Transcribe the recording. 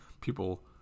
People